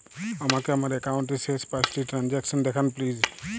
আমাকে আমার একাউন্টের শেষ পাঁচটি ট্রানজ্যাকসন দেখান প্লিজ